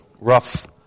rough